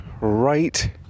right